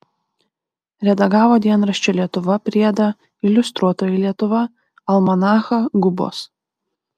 redagavo dienraščio lietuva priedą iliustruotoji lietuva almanachą gubos